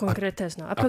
konkretesnio apie